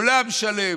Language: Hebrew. עולם שלם,